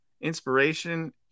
Inspiration